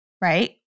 right